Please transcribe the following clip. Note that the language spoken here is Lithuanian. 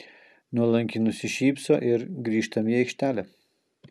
nuolankiai nusišypso ir grįžtam į aikštelę